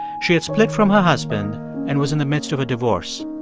she had split from her husband and was in the midst of a divorce.